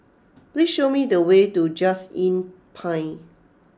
please show me the way to Just Inn Pine